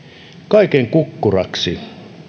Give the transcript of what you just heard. kaiken kukkuraksi arvioiden mukaan